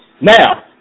Now